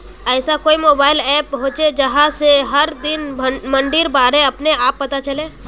ऐसा कोई mobile app होचे जहा से हर दिन मंडीर बारे अपने आप पता चले?